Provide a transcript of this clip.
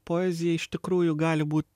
poezija iš tikrųjų gali būt